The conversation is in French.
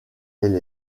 elle